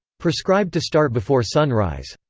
prescribed to start before sunrise.